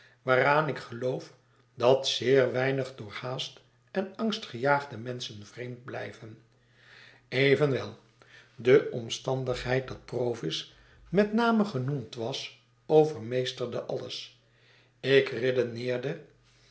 waaraan ik geloof dat zeer weinige door haast en angst gejaagde menschen vreemd blijven evenwel de omstandigheid dat provis met name genoemd was overmeesterde alles ik redeneerde